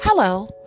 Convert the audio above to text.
Hello